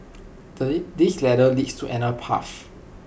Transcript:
this ladder leads to another path